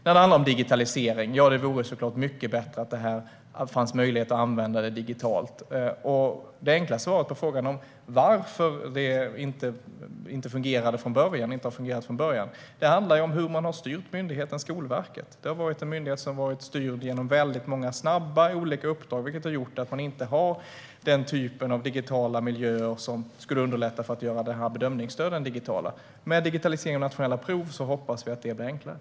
När det gäller digitalisering vore det såklart mycket bättre om det fanns möjlighet att göra bedömningsstödet digitalt. Det enkla svaret på varför det inte har fungerat från början är att det handlar om hur man har styrt myndigheten Skolverket. Den myndigheten har varit styrd genom många snabba och olika uppdrag. Och det har lett till att man inte har den typ av digitala miljöer som skulle underlätta för att göra bedömningsstöden digitala. Vi hoppas att det kommer att bli enklare i och med digitaliseringen av nationella prov.